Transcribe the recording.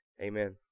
Amen